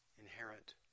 Inherent